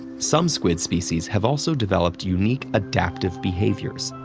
some squid species have also developed unique adaptive behaviors.